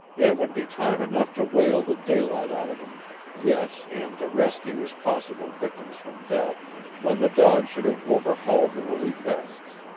it would be time enough to whale the daylight out of him yes, and to rescue his possible victims from death when the dog should have overhauled the woolly pests.